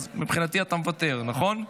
אז מבחינתי אתה מוותר, נכון?